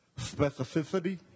Specificity